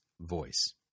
voice